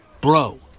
Bro